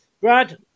Brad